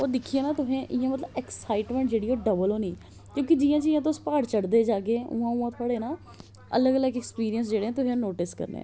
ओह् दिक्खी ना तुसें इयां मतलब एक्साइटमेंट जेहड़ी ओह् डबल होनी क्योकि जियां जियां तुस प्हाड़ चढ़दे जाह्गे उआं उआं थुआढ़े ना अलग अळग एक्सपिरियस जेहडे़ तुसें नोटिस करने